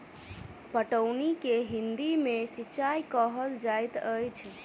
पटौनी के हिंदी मे सिंचाई कहल जाइत अछि